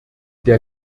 der